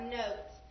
notes